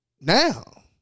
now